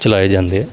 ਚਲਾਏ ਜਾਂਦੇ ਹੈ